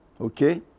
Okay